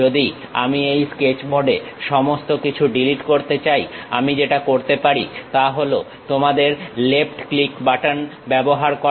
যদি আমি এই স্কেচ মোডে সমস্ত কিছু ডিলিট করতে চাই আমি যেটা করতে পারি তা হল তোমাদের লেফট ক্লিক বাটন ব্যবহার করা